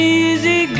easy